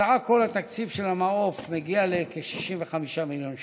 סך הכול התקציב של המעוף מגיע לכ-65 מיליון שקל.